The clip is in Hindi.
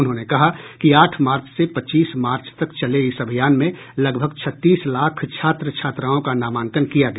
उन्होंने कहा कि आठ मार्च से पच्चीस मार्च तक चले इस अभियान में लगभग छत्तीस लाख छात्र छात्राओं का नामांकन किया गया